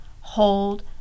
hold